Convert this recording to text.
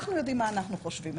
אנחנו יודעים מה אנחנו חושבים.